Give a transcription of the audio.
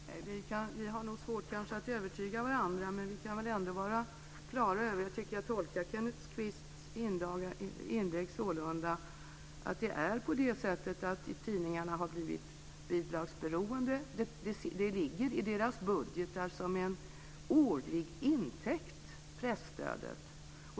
Fru talman! Vi har nog svårt att övertyga varandra, men vi kan väl ändå vara klara över - jag tolkar Kenneth Kvists inlägg sålunda - att det är på det sättet att tidningarna har blivit bidragsberoende. Presstödet ligger i deras budgetar som en årlig intäkt.